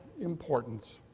importance